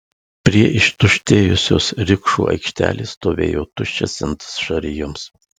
prie ištuštėjusios rikšų aikštelės stovėjo tuščias indas žarijoms